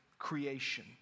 creation